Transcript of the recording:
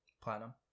Platinum